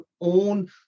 own